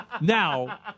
Now